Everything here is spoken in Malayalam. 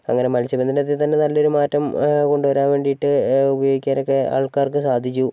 അതുപോലെ മത്സ്യബന്ധനത്തിൽ തന്നെ നല്ലൊരു മാറ്റം കൊണ്ടുവരാൻ വേണ്ടിയിട്ട് ഉപയോഗിക്കാനൊക്കെ ആൾകാർക്ക് സാധിച്ചു